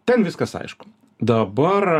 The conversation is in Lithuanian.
ten viskas aišku dabar